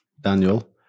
daniel